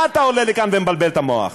מה אתה עולה לכאן ומבלבל את המוח?